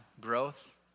growth